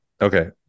Okay